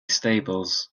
stables